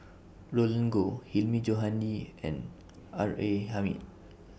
Roland Goh Hilmi Johandi and R A Hamid